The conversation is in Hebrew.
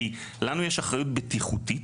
כי לנו יש אחריות בטיחותית